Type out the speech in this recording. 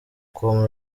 com